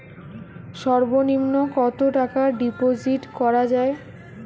সর্ব নিম্ন কতটাকা ডিপোজিট করা য়ায়?